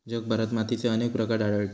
जगभरात मातीचे अनेक प्रकार आढळतत